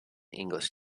english